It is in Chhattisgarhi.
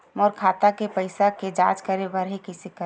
मोर खाता के पईसा के जांच करे बर हे, कइसे करंव?